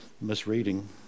misreading